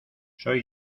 soy